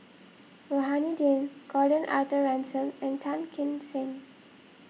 Rohani Din Gordon Arthur Ransome and Tan Kim Seng